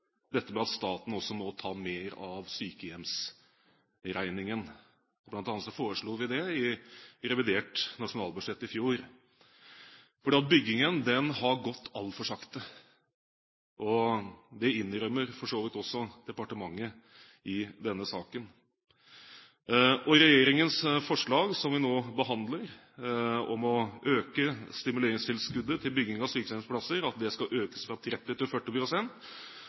Dette var faktisk en viktig del av avtalen om en verdighetsgaranti for eldreomsorgen som Kristelig Folkeparti inngikk med regjeringspartiene og Venstre i 2007. Kristelig Folkeparti har etterlyst at staten må ta mer av sykehjemsregningen, bl.a. foreslo vi det i revidert nasjonalbudsjett i fjor. For byggingen har gått altfor sakte, og det innrømmer for så vidt også departementet i denne saken. Regjeringens forslag – som vi nå behandler – om å øke stimuleringstilskuddet til